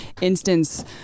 instance